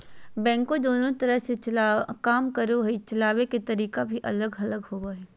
backhoe दोनों तरह से काम करो हइ, चलाबे के तरीका भी अलग होबो हइ